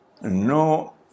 no